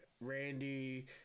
Randy